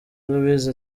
louis